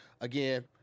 Again